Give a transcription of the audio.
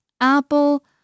Apple